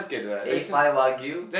A five wagyu